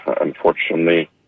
unfortunately